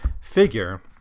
figure